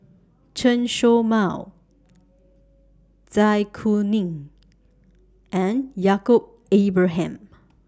Chen Show Mao Zai Kuning and Yaacob Ibrahim